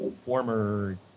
former